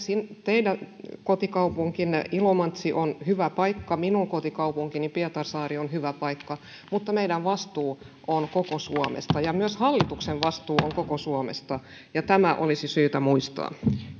teidän kotikaupunkinne ilomantsi on hyvä paikka minun kotikaupunkini pietarsaari on hyvä paikka mutta meidän vastuumme on koko suomesta ja myös hallituksen vastuu on koko suomesta ja tämä olisi syytä muistaa